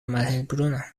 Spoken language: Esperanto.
malhelbruna